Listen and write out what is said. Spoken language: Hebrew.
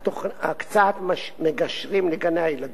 הקצאת מגשרים לגני-הילדים,